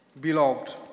Beloved